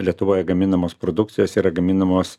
lietuvoje gaminamos produkcijos yra gaminamos